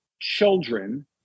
children